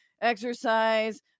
exercise